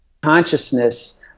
consciousness